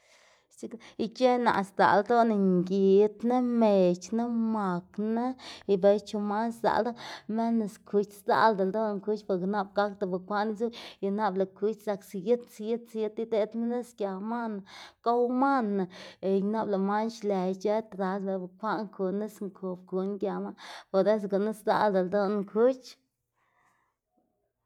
ic̲h̲ë naꞌ sdzaꞌl ldoná ngidna, mec̲h̲na, makná y bec̲h̲e tsu man sdzaꞌl ldoná menos kuch sdzaꞌlda ldoná kuch boke nap gakda bukwaꞌn izu y nap lëꞌ kuch dzak siyit siyit ideꞌdma nis gia manna, gow manna y nap lëꞌ man xlë ic̲h̲ë trasd dela bukwaꞌn kuná nis nkob knuná gia man por eso gunu sdzaꞌlda ldoná kuch.